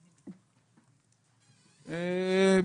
כן.